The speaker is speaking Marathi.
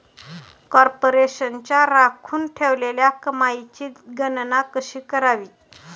कॉर्पोरेशनच्या राखून ठेवलेल्या कमाईची गणना कशी करावी